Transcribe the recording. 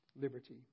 liberty